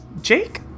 Jake